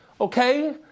Okay